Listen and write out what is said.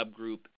subgroup